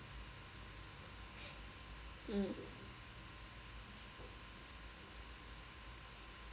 mm